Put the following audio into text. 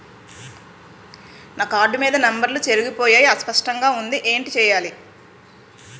నా కార్డ్ మీద నంబర్లు చెరిగిపోయాయి అస్పష్టంగా వుంది ఏంటి చేయాలి?